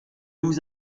vous